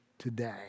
today